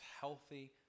healthy